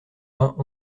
vingt